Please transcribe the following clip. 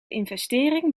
investering